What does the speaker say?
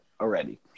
already